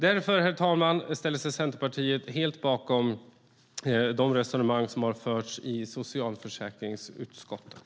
Därför, herr talman, ställer sig Centerpartiet helt bakom de resonemang som har förts i socialförsäkringsutskottet.